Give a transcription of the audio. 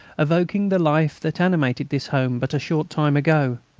evoking the life that animated this home but a short time ago,